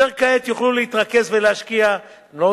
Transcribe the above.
אשר כעת יוכלו להתרכז ולהשקיע את מלוא